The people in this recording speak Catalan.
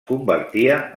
convertia